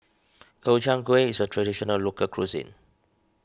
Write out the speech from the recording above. Gobchang Gui is a Traditional Local Cuisine